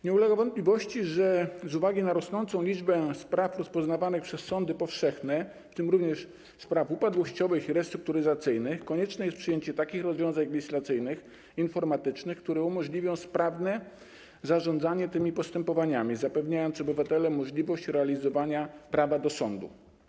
Nie ulega wątpliwości, że z uwagi na rosnącą liczbę spraw rozpoznawanych przez sądy powszechne, w tym również spraw upadłościowych i restrukturyzacyjnych, konieczne jest przyjęcie takich rozwiązań legislacyjnych, informatycznych, które umożliwią sprawne zarządzanie tymi postępowaniami, zapewniając obywatelom możliwość realizowania prawa do sądu.